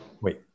Oui